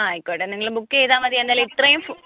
ആ ആയിക്കോട്ടെ നിങ്ങള് ബുക്ക് ചെയ്താൽ മതി എന്നായാലും ഇത്രേയും